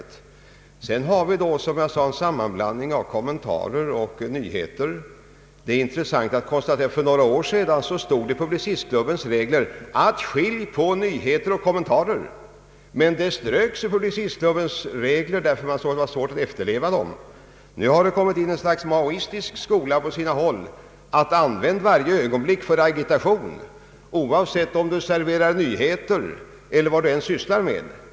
Vidare förekommer i hög grad, som jag sade, en sammanblandning av kommentarer och nyheter. Det är intressant att konstatera att det för två år sedan stod i Publicistklubbens regler att man skulle skilja på nyheter och kommentarer, men detta ströks i dessa regler, då man ansåg att det var svårt att efterleva dem. Denna sammanblandning tenderar öka i omfattning, och under senare år har en slags maoistisk skola uppstått på sina håll där det sägs att man skall använda varje ögonblick för agilation, oavsett om man är satt att servera nyheter för en bred allmänhet eiler om man sysslar med något annat.